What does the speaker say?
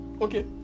okay